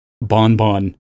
bonbon